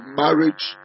marriage